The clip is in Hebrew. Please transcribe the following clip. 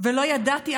ולא ידעתי,